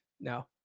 No